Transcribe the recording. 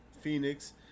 Phoenix